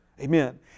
Amen